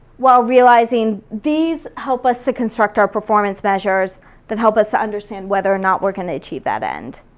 while realizing these help us to construct our performance measures that help us to understand whether or not we're going to achieve that end.